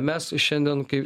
mes šiandien kai